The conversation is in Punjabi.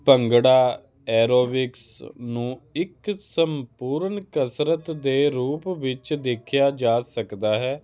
ਭੰਗੜਾ ਐਰੋਬਿਕਸ ਨੂੰ ਇੱਕ ਸੰਪੂਰਨ ਕਸਰਤ ਦੇ ਰੂਪ ਵਿੱਚ ਦੇਖਿਆ ਜਾ ਸਕਦਾ ਹੈ